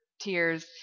tears